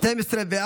סעיפים 1 119 נתקבלו.